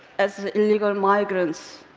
as illegal migrants.